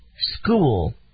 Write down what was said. school